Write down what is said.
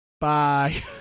Bye